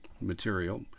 material